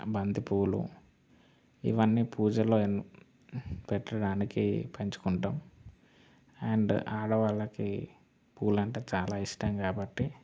బంతిపూలు ఇవన్నీ పూజల్లో పెట్టడానికి పెంచుకుంటాము అండ్ ఆడవాళ్ళకి పూలు అంటే చాలా ఇష్టం కాబట్టి